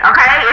Okay